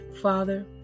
Father